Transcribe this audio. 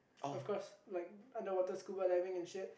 of course like underwater scuba diving and shit